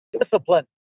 discipline